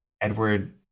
Edward